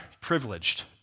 privileged